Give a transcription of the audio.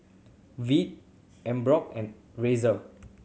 Veet Emborg and Razer